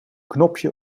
knopje